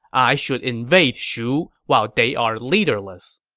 i should invade shu while they are leaderless!